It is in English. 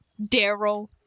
Daryl